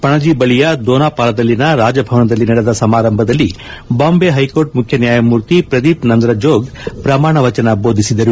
ಪಣಜಿ ಬಳಿಯ ದೊನಾಪಾಲದಲ್ಲಿನ ರಾಜಭವನದಲ್ಲಿ ನಡೆದ ಸಮಾರಂಭದಲ್ಲಿ ಬಾಂಬೆ ಹೈಕೋರ್ಟ್ ಮುಖ್ಯ ನ್ಯಾಯಮೂರ್ತಿ ಪ್ರದೀಪ್ ನಂದ್ರಜೋಗ್ ಪ್ರಮಾಣ ವಚನ ಬೋಧಿಸಿದರು